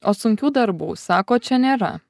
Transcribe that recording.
o sunkių darbų sako čia nėra